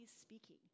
speaking